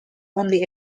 only